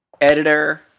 editor